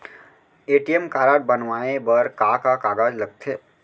ATM card बनवाये बर का का कागज लगथे?